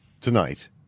tonight